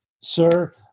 sir